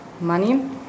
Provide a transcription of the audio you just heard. money